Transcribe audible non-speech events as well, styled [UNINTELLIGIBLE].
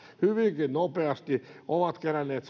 hyvinkin nopeasti ovat keränneet [UNINTELLIGIBLE]